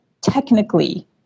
technically